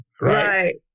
right